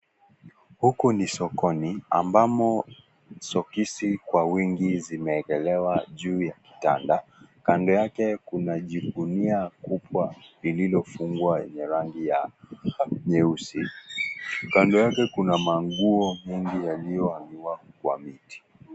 Huku ni sokoni ambamo sokisi kwa wingi zimeekelewa juu ya kitanda kando yake kuna jigunia kubwa lililofungwa lenye rangi ya nyeusi kando yake kuna manguo mengi yaliyoanikwa kwa miti.